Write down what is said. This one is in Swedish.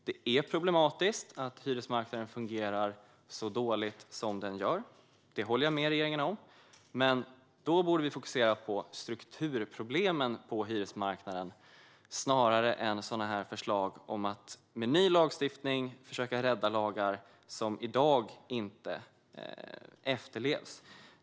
Det är problematiskt att hyresmarknaden fungerar så dåligt som den gör - det håller jag med regeringen om - men vi borde fokusera på strukturproblemen på hyresmarknaden snarare än på förslag om att med ny lagstiftning försöka rädda lagar som i dag inte efterlevs.